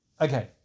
Okay